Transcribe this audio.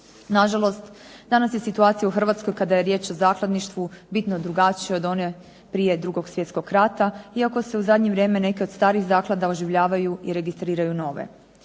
Na žalost danas je situacija u Hrvatskoj kada je riječ o zakladništvu bitno drugačija od one prije 2. svjetskog rata, iako se u zadnje vrijeme neke od starih zaklada oživljavaju i registriraju nove.